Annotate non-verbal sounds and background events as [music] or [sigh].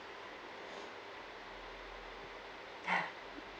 [laughs]